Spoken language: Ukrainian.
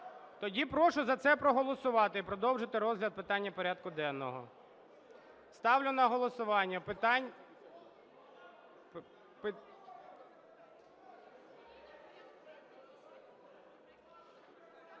Тоді прошу за це проголосувати і продовжити розгляд питання порядку денного. Ставлю на голосування… Зміни.